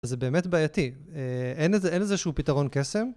זה באמת בעייתי, אין לזה איזה שהוא פתרון קסם?